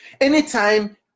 anytime